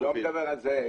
הוא לא מדבר על זה.